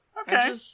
Okay